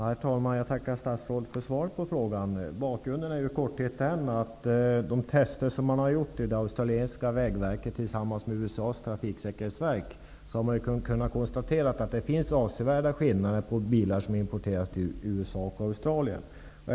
Herr talman! Jag tackar statsrådet för svaret på frågan. Bakgrunden är i korthet att man genom de tester som det australiensiska vägverket har gjort tillsammans med USA:s trafiksäkerhetsverk har kunnat konstatera att det finns avsevärda skillnader mellan bilar som är importerade till USA och till Australien.